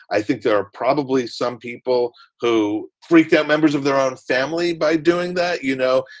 i think there are probably some people who freak out members of their own family by doing that. you know,